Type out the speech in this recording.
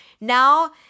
now